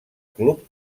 club